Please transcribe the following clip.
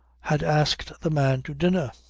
had asked the man to dinner.